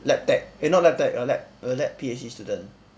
lab tech eh not lab tech lab lab PhD student